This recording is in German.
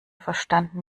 verstanden